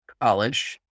college